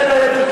בין היתר,